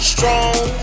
Strong